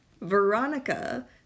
veronica